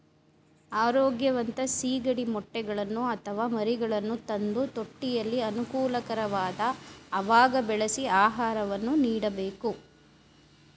ಆರೋಗ್ಯವಂತ ಸಿಗಡಿ ಮೊಟ್ಟೆಗಳನ್ನು ಅಥವಾ ಮರಿಗಳನ್ನು ತಂದು ತೊಟ್ಟಿಯಲ್ಲಿ ಅನುಕೂಲಕರವಾದ ಅವಾಗ ಬೆಳೆಸಿ ಆಹಾರವನ್ನು ನೀಡಬೇಕು